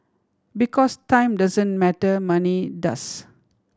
because time doesn't matter money does